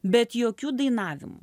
bet jokių dainavimų